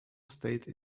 state